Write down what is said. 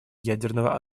ядерного